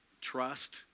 Trust